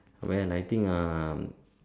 well I think uh